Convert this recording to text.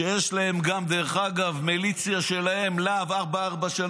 שיש להם גם מיליציה שלהם, להב 433,